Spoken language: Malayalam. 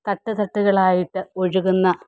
തട്ട്തട്ടുകളായിട്ട് ഒഴുകുന്ന